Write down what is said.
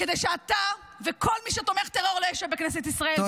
כדי שאתה וכל מי שתומך בטרור לא ישב בכנסת ישראל.